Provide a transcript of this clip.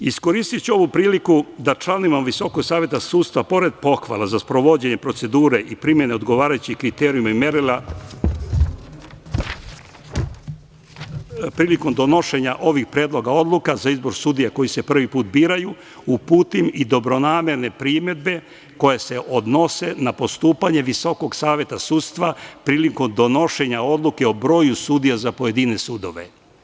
Iskoristiću ovu priliku da članovima Viskog saveta sudstva, pored pohvala za sprovođenje procedure i primene odgovarajućih kriterijuma i merila, prilikom donošenja ovih predloga odluka sudija koji se prvi put biraju uputim i dobronamerne primedbe koje se odnose na postupanje Visokog saveta sudstva prilikom donošenja odluke o broju sudija za pojedine sudove.